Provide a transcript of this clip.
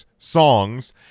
songs